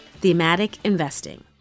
thematicinvesting